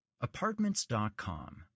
Apartments.com